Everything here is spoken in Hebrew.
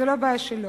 זאת לא בעיה שלו,